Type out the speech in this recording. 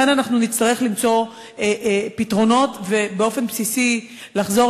לכן אנחנו נצטרך למצוא פתרונות ובאופן בסיסי לחזור